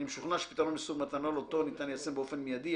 אני משוכנע שפתרון מסוג מתנול אותו ניתן ליישם באופן מיידי,